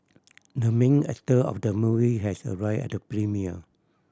the main actor of the movie has arrived at the premiere